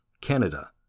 Canada